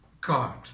god